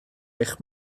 eich